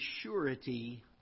surety